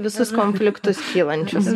visus konfliktus kylančius